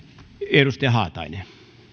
arvoisa herra